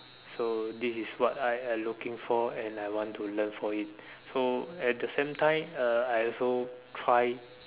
so this is what I I looking for and I want to learn for it so at the same time uh I also try